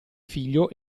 figlio